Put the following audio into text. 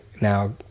now